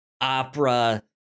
opera